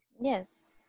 Yes